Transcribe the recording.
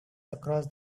across